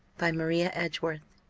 by maria edgeworth.